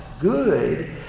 good